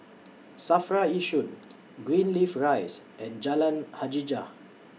SAFRA Yishun Greenleaf Rise and Jalan Hajijah